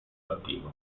attivo